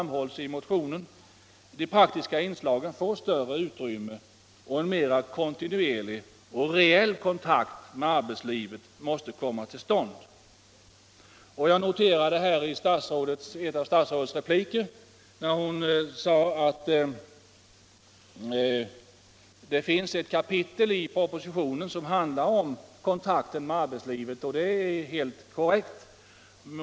Enligt vår mening måste de praktiska inslagen få större utrymme och en mera kontinuerlig och reell kontakt med arbetslivet komma till stånd. Detta framhölls också i motionen. Jag noterade nu statsrådets erinran om att det finns ett kapitel i propositionen som handlar om kontakterna med arbetslivet, och det är helt korrekt.